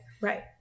right